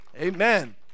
Amen